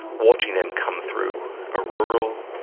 watching them come through a rural,